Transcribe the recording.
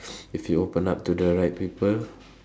if you open up to the right people